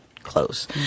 Close